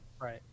Right